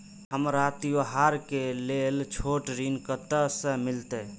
हमरा त्योहार के लेल छोट ऋण कते से मिलते?